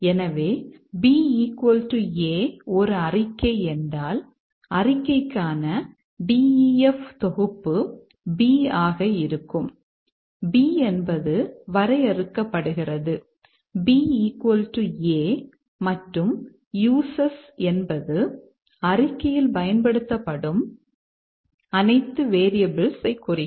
எனவே b a ஒரு அறிக்கை என்றால் அறிக்கைக்கான DEF தொகுப்பு b ஆக இருக்கும் b என்பது வரையறுக்கப்படுகிறது b a மற்றும் USES என்பது அறிக்கையில் பயன்படுத்தப்படும் அனைத்து வேரியபிள்ஸ் குறிக்கும்